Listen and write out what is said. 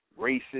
racist